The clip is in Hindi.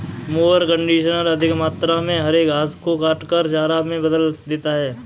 मोअर कन्डिशनर अधिक मात्रा में हरे घास को काटकर चारा में बदल देता है